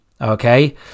Okay